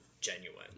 genuine